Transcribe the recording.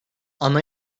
ana